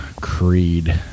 creed